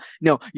no